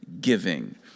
giving